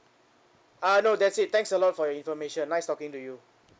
uh no that's it thanks a lot for your information nice talking to you